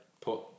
put